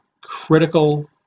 critical